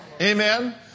Amen